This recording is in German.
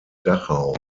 dachau